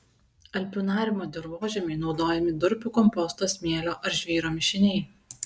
alpinariumo dirvožemiui naudojami durpių komposto smėlio ar žvyro mišiniai